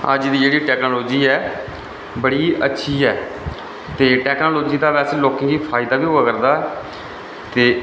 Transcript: अज्ज दी जेह्ड़ी टेक्नोलोजी ऐ ओह् बड़ी अच्छी ऐ ते टेक्नोलोजी दा बैसे से लोकें गी फायदा बी होआ करदा ऐ ते